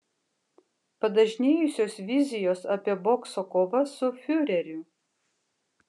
padažnėjusios vizijos apie bokso kovas su fiureriu